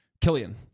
Killian